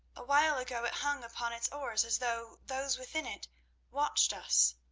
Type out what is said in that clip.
a while ago it hung upon its oars as though those within it watched us.